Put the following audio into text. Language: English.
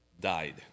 died